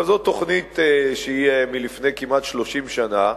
אבל זו תוכנית שהיא מלפני כמעט 30 שנה,